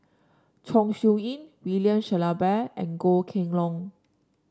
Chong Siew Ying William Shellabear and Goh Kheng Long